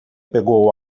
pegou